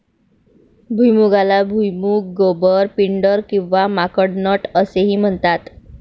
भुईमुगाला भुईमूग, गोबर, पिंडर किंवा माकड नट असेही म्हणतात